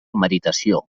meritació